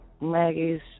Maggie's